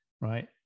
Right